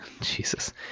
Jesus